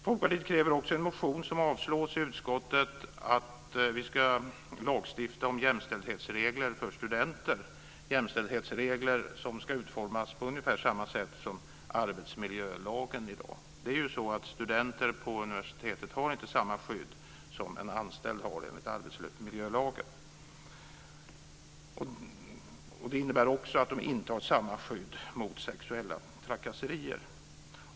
Folkparitet kräver också i en motion som avslås i utskottet att vi ska lagstifta om jämställdhetsregler för studenter som ska utformas på ungefär samma sätt som arbetsmiljölagen i dag. Det är ju så att studenter på universitetet inte har samma skydd som en anställd har enligt arbetsmiljölagen. Det innebär också att de inte har samma skydd mot sexuella trakasserier.